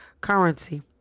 currency